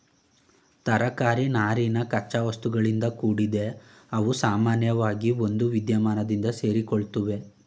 ತರಕಾರಿ ನಾರಿನ ಕಚ್ಚಾವಸ್ತುಗಳಿಂದ ಕೂಡಿದೆ ಅವುಸಾಮಾನ್ಯವಾಗಿ ಒಂದುವಿದ್ಯಮಾನದಿಂದ ಸೇರಿಕೊಳ್ಳುತ್ವೆ